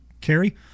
carry